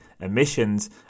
emissions